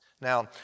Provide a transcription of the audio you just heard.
Now